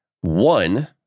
One